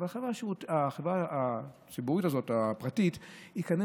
אבל החברה החיצונית הפרטית הזאת כנראה